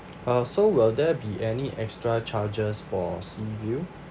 oh so will there be any extra charges for sea view